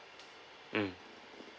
mm